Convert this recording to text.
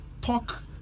talk